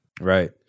Right